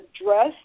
address